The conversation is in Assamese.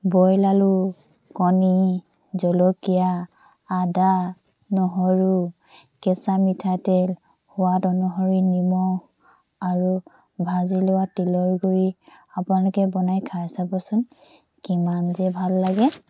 বইল আলু কণী জলকীয়া আদা নহৰু কেঁচা মিঠাতেল সোৱাদ অনুসৰি নিমখ আৰু ভাজি লোৱা তিলৰ গুড়ি আপোনালোকে বনাই খাই চাবচোন কিমান যে ভাল লাগে